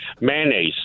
Mayonnaise